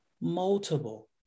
multiple